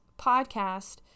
podcast